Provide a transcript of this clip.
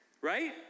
right